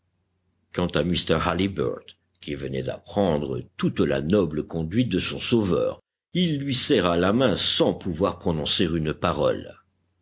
quand à mr halliburtt qui venait d'apprendre toute la noble conduite de son sauveur il lui serra la main sans pouvoir prononcer une parole